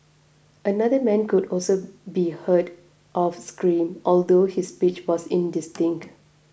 another man could also be heard off screen although his speech was indistinct